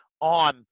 on